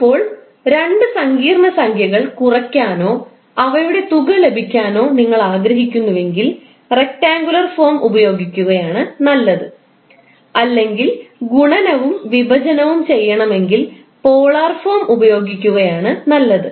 ഇപ്പോൾ രണ്ട് സങ്കീർണ്ണ സംഖ്യകൾ കുറയ്ക്കാനോ അവയുടെ തുക ലഭിക്കാനോ നിങ്ങൾ ആഗ്രഹിക്കുന്നുവെങ്കിൽ റക്റ്റാങ്കുലർ ഫോം ഉപയോഗിക്കുകയാണ് നല്ലത് അല്ലെങ്കിൽ ഗുണനവും വിഭജനവും ചെയ്യണമെങ്കിൽ പോളാർ ഫോം ഉപയോഗിക്കുകയാണ് നല്ലത്